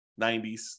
90s